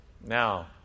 Now